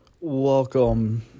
Welcome